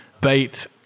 Bait